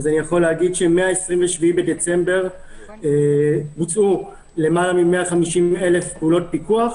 מ-27 בדצמבר בוצעו יותר מ-150,000 פעולות פיקוח,